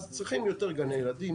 אז צריכים יותר גני ילדים,